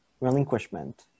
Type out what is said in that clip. relinquishment